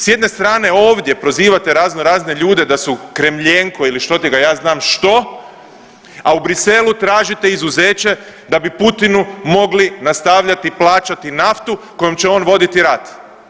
S jedne strane ovdje proziva raznorazne ljude da su kremljenko ili što ti ga ja znam što, a u Bruxellesu tražite izuzeće da bi Putinu mogli nastavljati plaćati naftu kojom će on voditi rat.